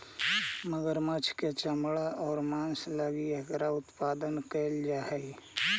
मगरमच्छ के चमड़ा आउ मांस लगी एकरा उत्पादन कैल जा हइ